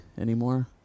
anymore